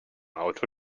auto